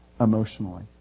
emotionally